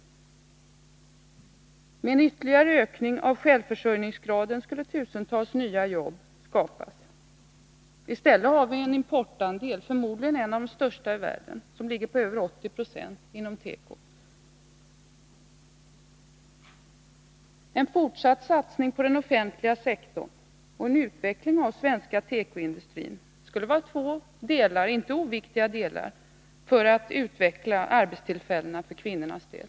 Med en ytterligare ökning av självförsörjningsgraden skulle tusentals nya jobb skapas. I stället har vi en importandel — den är förmodligen en av de största i världen — på över 80 20 på tekoområdet. En fortsatt satsning på den offentliga sektorn och en utveckling av den svenska tekoindustrin skulle vara två inte oviktiga saker för att utveckla antalet arbetstillfällen för kvinnors del.